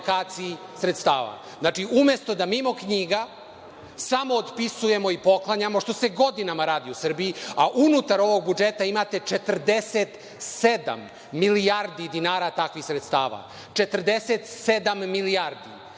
Znači, umesto da, mimo knjiga, samo otpisujemo i poklanjamo, što se godinama radi u Srbiji, a unutar ovog budžeta imate 47 milijardi dinara takvih sredstava, 47 milijardi.